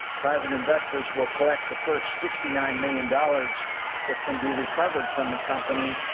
private investors will collect the first sixty nine million dollars that can be recovered from the company,